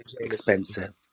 expensive